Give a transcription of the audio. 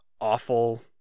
awful